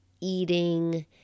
eating